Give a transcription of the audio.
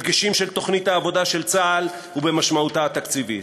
בדגשים של תוכנית העבודה של צה"ל ובמשמעותה התקציבית.